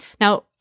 Now